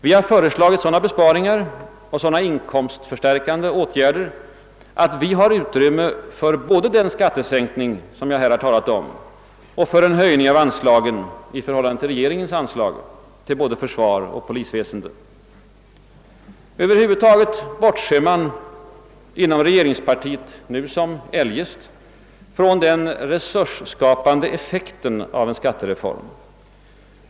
Vi har föreslagit sådana besparingar och sådana inkomstförstärkande åtgärder att vi har utrymme för både den skattesänkning jag här har talat om och för en höjning av an slagen — i förhållande till regeringens förslag — till både försvar och polisväsende. Över huvud taget bortser man inom regeringspartiet nu som eljest från den resursskapande effekten av en skattereform.